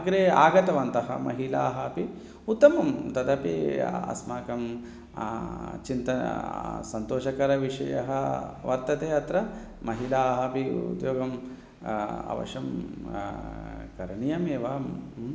अग्रे आगतवत्यः महिलाः अपि उत्तमं तदपि अस्माकं चिन्ता सन्तोषकरविषयः वर्तते अत्र महिलाः अपि उद्योगम् अवश्यं करणीयमेव